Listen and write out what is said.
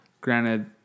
Granted